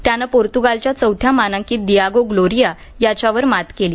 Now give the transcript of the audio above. त्यानं पोर्तूगालच्या चौथ्या मानांकित दियागो ग्लोरिया याच्यावर मात केली